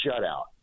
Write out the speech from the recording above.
shutout